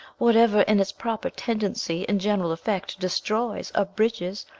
whatever in its proper tendency and general effect destroys, abridges,